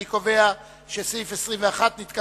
2. אני קובע שסעיף 21 נתקבל,